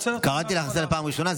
קראתי אותך לסדר פעם ראשונה.